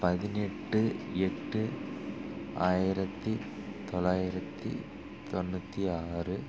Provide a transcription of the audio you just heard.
பதினெட்டு எட்டு ஆயிரத்தி தொள்ளாயிரத்தி தொண்ணூற்றி ஆறு